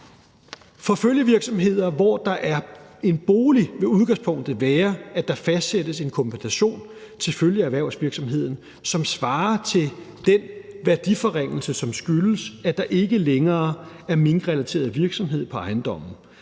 For følgevirksomheder, hvor der er en bolig, vil udgangspunktet være, at der fastsættes en kompensation til følgeerhvervsvirksomheden, som svarer til den værdiforringelse, som skyldes, at der ikke længere er minkrelateret virksomhed på ejendommen.